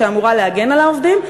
שאמורה להגן על העובדים,